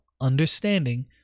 understanding